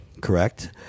Correct